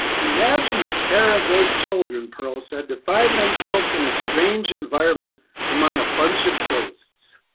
imagine the terror of those children, pearl said, to find themselves in a strange environment among a bunch of ghosts.